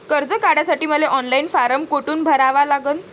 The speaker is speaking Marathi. कर्ज काढासाठी मले ऑनलाईन फारम कोठून भरावा लागन?